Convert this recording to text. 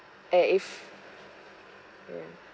eh if ya